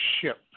ship